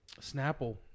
snapple